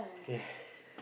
okay